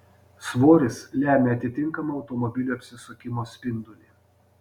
svoris lemia atitinkamą automobilio apsisukimo spindulį